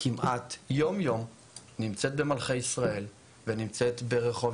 כמעט יום-יום נמצאת במלכי ישראל ונמצאת ברחוב